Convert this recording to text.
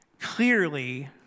clearly